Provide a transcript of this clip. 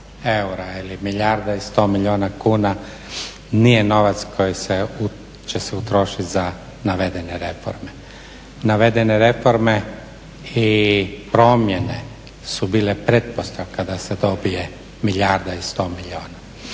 eura ili milijarda i sto milijuna kuna nije novac koji će se utrošiti za navedene reforme. Navedene reforme i promjene su bile pretpostavka da se dobije milijarda i sto milijuna.